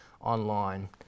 online